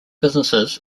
businesses